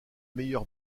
meilleur